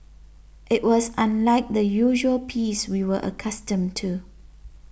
it was unlike the usual peace we were accustomed to